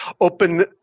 open